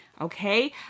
Okay